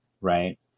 right